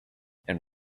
and